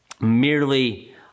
merely